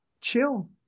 chill